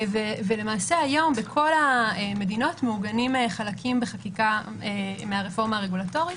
למעשה היום בכל המדינות מעוגנים חלקים בחקיקה מהרפורמה הרגולטורית,